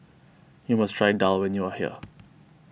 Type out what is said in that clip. you must try Daal when you are here